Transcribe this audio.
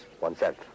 oneself